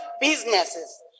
businesses